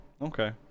okay